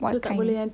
what kind